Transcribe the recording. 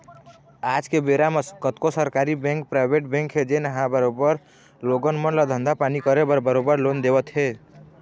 आज के बेरा म कतको सरकारी बेंक, पराइवेट बेंक हे जेनहा बरोबर लोगन मन ल धंधा पानी करे बर बरोबर लोन देवत हे